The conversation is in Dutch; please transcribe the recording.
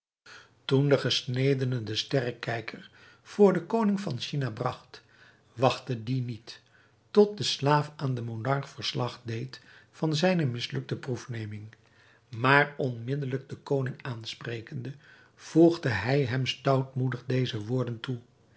de gesnedene den sterrekijker voor den koning van china bragt wachtte die niet tot de slaaf aan den monarch verslag deed van zijne mislukte proefneming maar onmiddelijk den koning aansprekende voegde hij hem stoutmoedig deze woorden toe